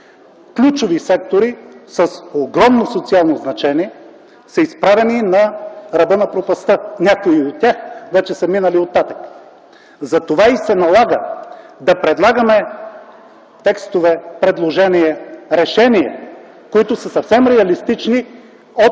ключови сектори с огромно социално значение са изправени на ръба на пропастта, а някои от тях вече са минали оттатък. Затова и се налага да предлагаме текстове, предложения и решения, които са съвсем реалистични от